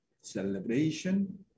celebration